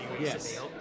yes